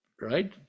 Right